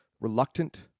reluctant